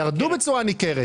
ירדו בצורה ניכרת.